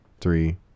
three